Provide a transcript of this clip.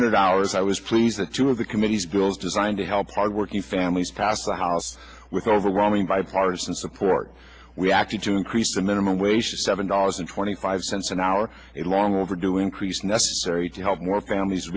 hundred hours i was pleased that two of the committee's bills designed to help our working families passed the house with overwhelming bipartisan support we acted to increase the minimum wage to seven dollars and twenty five cents an hour it long overdue increase necessary to help more families